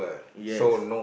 yes